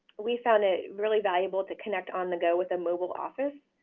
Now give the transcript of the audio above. we found it really valuable to connect on the go with a mobile office.